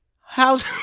How's